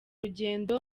rugendo